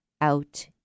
out